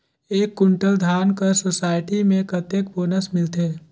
एक कुंटल धान कर सोसायटी मे कतेक बोनस मिलथे?